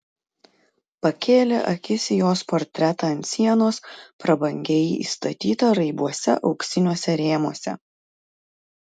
pakėlė akis į jos portretą ant sienos prabangiai įstatytą raibuose auksiniuose rėmuose